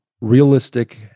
realistic